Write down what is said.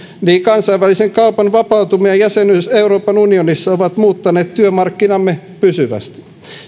jälkeen kansainvälisen kaupan vapautuminen ja jäsenyys euroopan unionissa ovat muuttaneet työmarkkinamme pysyvästi